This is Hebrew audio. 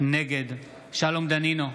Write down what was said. נגד שלום דנינו,